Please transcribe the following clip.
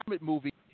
movie